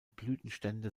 blütenstände